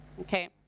Okay